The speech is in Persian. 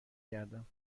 کردم